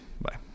Bye